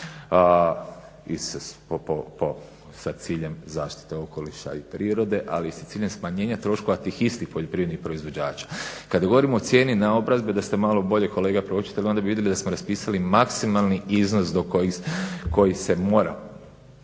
… sa ciljem zaštite okoliša i prirode, ali i sa ciljem smanjenja troškova tih istih poljoprivrednih proizvođača. Kada govorimo o cijeni naobrazbe, da ste malo bolje kolega proučili onda bi vidjeli da smo raspisali maksimalni iznos koji se mora